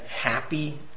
happy